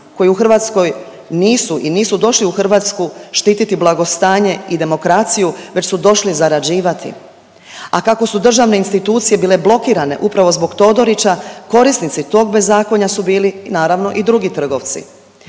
koji u Hrvatskoj nisu i nisu došli u Hrvatsku štititi blagostanje i demokraciju već su došli zarađivati. A kako su državne institucije bile blokirane upravo zbog Todorića korisnici tog bezakonja su bili naravno i drugi trgovci.